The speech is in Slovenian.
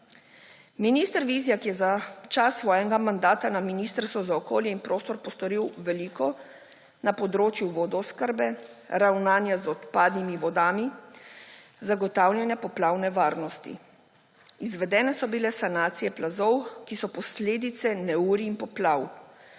Minister Vizjak je za čas svojega mandata na Ministrstvu za okolje in prostor postoril veliko na področju vodooskrbe, ravnanja z odpadnimi vodami, zagotavljanja poplavne varnosti. Izvedene so bile sanacije plazov, ki so posledice neurij in poplav.